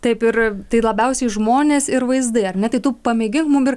taip ir tai labiausiai žmonės ir vaizdai ar ne tai tu pamėgink mum ir